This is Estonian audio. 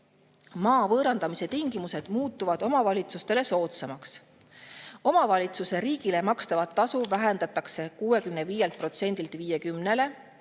Maa võõrandamise tingimused muutuvad omavalitsustele soodsamaks. Omavalitsuse riigile makstavat tasu vähendatakse 65%‑lt 50%-le